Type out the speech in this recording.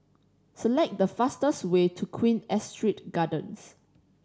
select the fastest way to Queen Astrid Gardens